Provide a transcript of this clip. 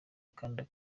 akandi